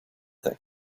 that